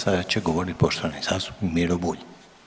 Sada će govoriti poštovani zastupnik Miro Bulj.